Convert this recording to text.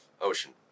Ocean